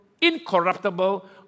incorruptible